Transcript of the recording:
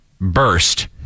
burst